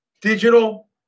digital